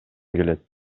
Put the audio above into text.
келет